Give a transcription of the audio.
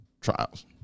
trials